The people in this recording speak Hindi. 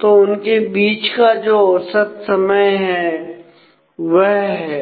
तो उनके बीच का जो औसत समय निकला है वह है